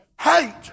Hate